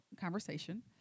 conversation